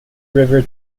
river